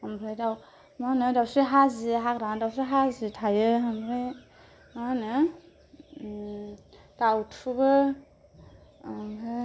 ओमफ्राय दाव मा होनो दासो हाजो हाग्रा दासो हाजो थायो ओमफ्राय मा होनो दावथुबो ओमफ्राय